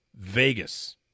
Vegas